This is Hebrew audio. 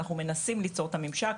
אנחנו מנסים ליצור את הממשק.